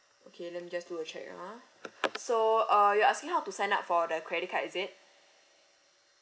okay let me just do a check ah so uh you're asking how to sign up for the credit card is it